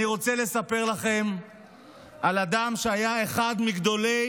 אני רוצה לספר לכם על אדם שהיה אחד מגדולי